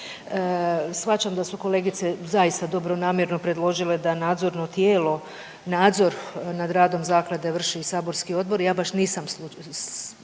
Shvaćam da su kolegice zaista dobronamjerno predložile da nadzorno tijelo, nadzor nad radom zaklade vrši i saborski odbor. Ja baš nisam sigurna